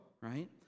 right